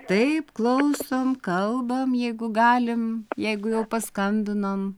taip klausom kalbam jeigu galim jeigu jau paskambinom